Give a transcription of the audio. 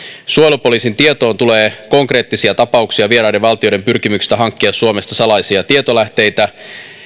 suojelupoliisin tietoon tulee konkreettisia tapauksia vieraiden valtioiden pyrkimyksistä hankkia suomesta salaisia tietolähteitä